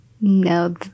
No